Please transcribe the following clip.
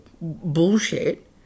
bullshit